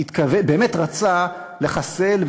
באמת רצה לחסל,